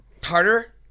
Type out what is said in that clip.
tartar